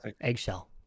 eggshell